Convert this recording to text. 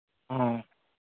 ꯑꯣ